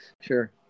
Sure